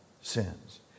sins